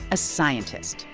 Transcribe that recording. a scientist.